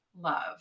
love